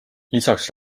lisaks